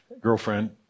girlfriend